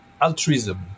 altruism